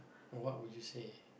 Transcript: Now what would you say